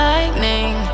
Lightning